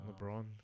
LeBron